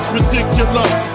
Ridiculous